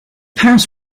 parents